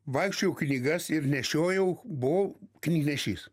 vaikščiojau knygas ir nešiojau buvau knygnešys